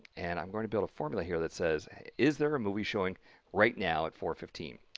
and i'm going to build a formula here, that says is there a movie showing right now at four fifteen.